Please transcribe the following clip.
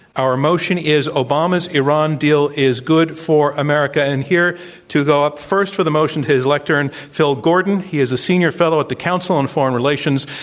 our motion is obama's iran deal is good for america. and here to go up first for the motion to the lectern, phil gordon. he is a senior fellow at the council on foreign relations.